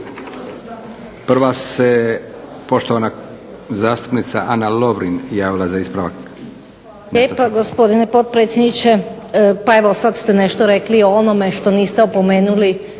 Prva se poštovana zastupnica Ana Lovrin javila za ispravak. **Lovrin, Ana (HDZ)** Hvala lijepa gospodine potpredsjedniče. Pa evo sad ste nešto rekli o onome što niste opomenuli